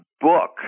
book